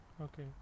Okay